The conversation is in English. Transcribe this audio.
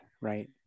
right